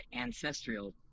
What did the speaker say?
ancestral